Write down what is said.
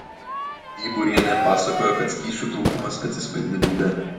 diburienė pasakojo kad skysčių trūkumas atsispindi veide